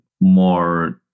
more